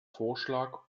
vorschlag